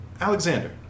Alexander